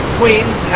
queens